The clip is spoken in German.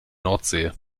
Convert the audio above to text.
nordsee